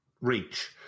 Reach